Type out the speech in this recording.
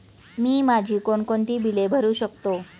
मी माझी कोणकोणती बिले भरू शकतो?